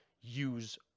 use